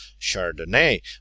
Chardonnay